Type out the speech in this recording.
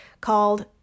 called